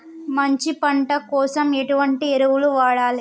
మంచి పంట కోసం ఎటువంటి ఎరువులు వాడాలి?